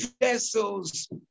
vessels